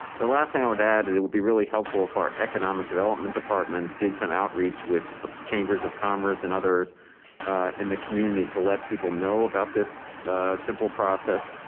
the last thing i would add that it will be really helpful if our economic development department did some outreach with chambers of commerce and others in the community to let people know about this simple process.